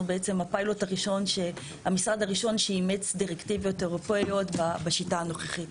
אנחנו בעצם המשרד הראשון שאימץ דירקטיבות אירופיות בשיטה הנוכחית.